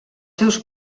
seus